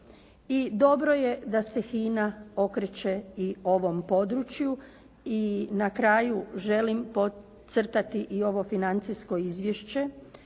dobro je da se HINA okreće i ovom području. I na kraju želim podcrtati i ovo financijsko izvješće